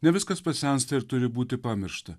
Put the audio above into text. ne viskas pasensta ir turi būti pamiršta